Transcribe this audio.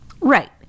Right